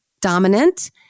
dominant